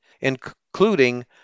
including